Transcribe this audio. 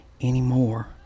anymore